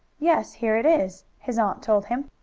yes, here it is, his aunt told him.